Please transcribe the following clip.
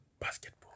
basketball